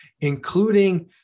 including